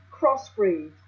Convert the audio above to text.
crossbreed